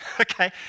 okay